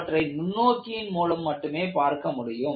அவற்றை நுண்ணோக்கியின் மூலம் மட்டுமே பார்க்க முடியும்